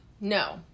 No